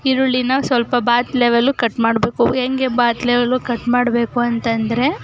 ಈರುಳ್ಳಿನ ಸ್ವಲ್ಪ ಬಾತು ಲೆವೆಲ್ಲಿಗೆ ಕಟ್ ಮಾಡಬೇಕು ಹೆಂಗೆ ಬಾತು ಲೆವೆಲ್ಲಿಗೆ ಕಟ್ ಮಾಡಬೇಕು ಅಂತ ಅಂದ್ರೆ